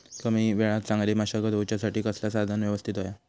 कमी वेळात चांगली मशागत होऊच्यासाठी कसला साधन यवस्तित होया?